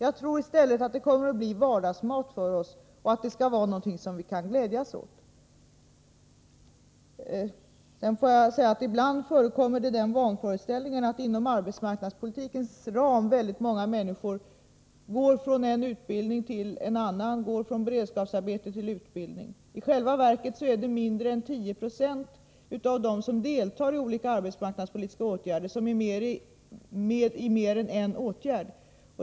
I stället tror jag att det kommer att bli vardagsmat för oss och någonting som vi kan glädjas åt. Ibland förekommer den vanföreställningen att inom arbetsmarknadspolitikens ram väldigt många människor går från en utbildning till en annan, går från beredskapsarbete till utbildning. I själva verket är det mindre än 10 96 av dem som är föremål för olika arbetsmarknadspolitiska åtgärder som blir föremål för mer än en åtgärd.